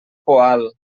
poal